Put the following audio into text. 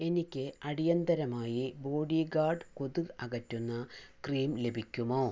എനിക്ക് അടിയന്തരമായി ബോഡിഗാർഡ് കൊതുക് അകറ്റുന്ന ക്രീം ലഭിക്കുമോ